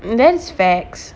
and that's facts